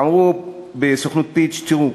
אמרו בסוכנות "פיץ'": תראו,